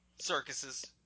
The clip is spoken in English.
Circuses